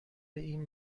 این